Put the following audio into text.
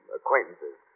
acquaintances